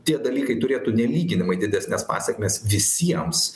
tie dalykai turėtų nelyginamai didesnes pasekmes visiems